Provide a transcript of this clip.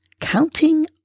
Counting